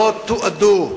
ולא תועדו.